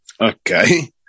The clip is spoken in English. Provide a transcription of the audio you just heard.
Okay